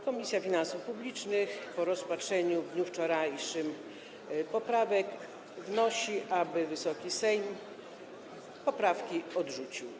Komisja Finansów Publicznych po rozpatrzeniu w dniu wczorajszym poprawek wnosi, aby Wysoki Sejm je odrzucił.